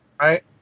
Right